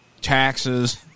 taxes